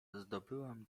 zdobyłam